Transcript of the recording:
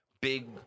big